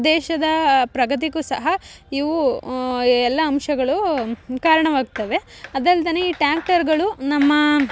ದೇಶದ ಪ್ರಗತಿಗೂ ಸಹ ಇವು ಎಲ್ಲ ಅಂಶಗಳೂ ಕಾರಣವಾಗ್ತವೆ ಅದಲ್ದೆ ಈ ಟ್ಯಾಕ್ಟರ್ಗಳು ನಮ್ಮ